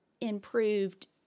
improved